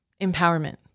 empowerment